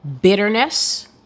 bitterness